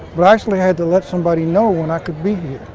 but i actually had to let somebody know when i could be here.